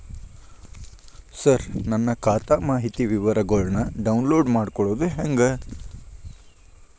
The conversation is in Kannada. ಸರ ನನ್ನ ಖಾತಾ ಮಾಹಿತಿ ವಿವರಗೊಳ್ನ, ಡೌನ್ಲೋಡ್ ಮಾಡ್ಕೊಳೋದು ಹೆಂಗ?